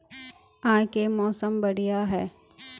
आय के मौसम बढ़िया है?